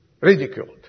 ridiculed